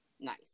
Nice